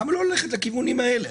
למה לא ללכת לכיוונים האלה?